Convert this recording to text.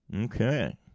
Okay